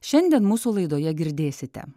šiandien mūsų laidoje girdėsite